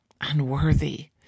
unworthy